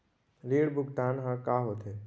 ऋण भुगतान ह का होथे?